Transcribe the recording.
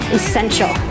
essential